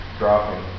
dropping